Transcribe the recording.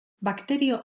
bakterio